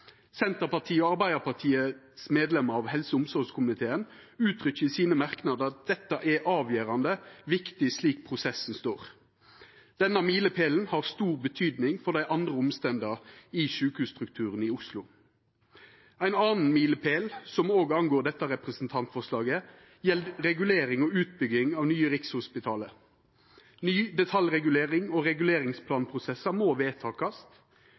Senterpartiet og Arbeidarpartiet sine medlemer av helse- og omsorgskomiteen uttrykkjer i sine merknader at dette er avgjerande viktig slik prosessen står. Denne milepælen har stor betyding for dei andre omstenda i sjukehusstrukturen i Oslo. Ein annan milepæl, som òg går på dette representantforslaget, gjeld regulering og utbygging av nye Rikshospitalet. Ny detaljregulering og reguleringsplanprosessar må vedtakast.